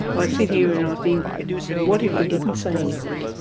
ah i sit here and i think what if we didn't say anything,